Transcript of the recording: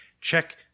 Check